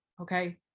okay